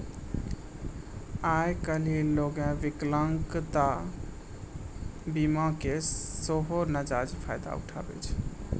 आइ काल्हि लोगें विकलांगता बीमा के सेहो नजायज फायदा उठाबै छै